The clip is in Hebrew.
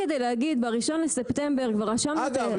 אגב,